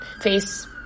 face